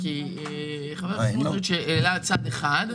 חבר הכנסת סמוטריץ' העלה צד אחד,